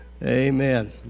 Amen